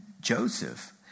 Joseph